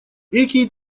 экий